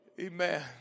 Amen